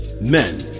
Men